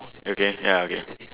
okay ya okay